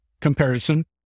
comparison